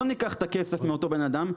לא ניקח את הכסף מאותו בן אדם,